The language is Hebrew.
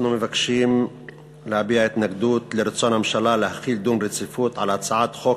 אנחנו מבקשים להביע התנגדות לרצון הממשלה להחיל דין רציפות על הצעת החוק